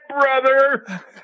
brother